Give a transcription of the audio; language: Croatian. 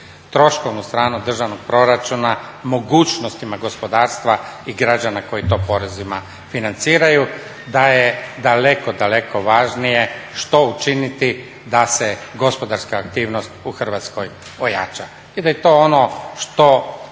troškovnu stranu državnog proračuna mogućnostima gospodarstva i građanima koji to porezima financiraju, da je daleko, daleko važnije što učiniti da se gospodarska aktivnost u Hrvatskoj ojača. I da je to ono što